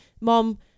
Mom